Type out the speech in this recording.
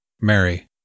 Mary